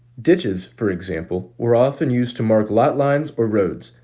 ditches, for example, were often used to mark lot lines or roads,